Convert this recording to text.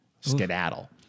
Skedaddle